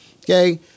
Okay